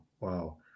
wow